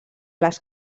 les